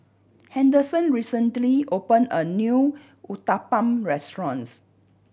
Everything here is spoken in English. Henderson recently opened a new Uthapam Restaurant